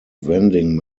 vending